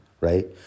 right